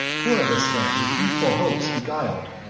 coroebus then, with youthful hopes beguil'd,